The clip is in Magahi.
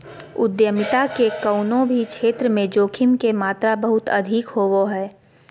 उद्यमिता के कउनो भी क्षेत्र मे जोखिम के मात्रा बहुत अधिक होवो हय